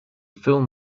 film